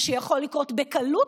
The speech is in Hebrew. מה שיכול לקרות בקלות,